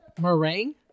Meringue